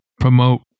Promote